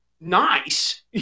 nice